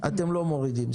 אתם לא מורידים.